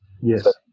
Yes